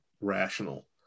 rational